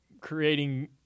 creating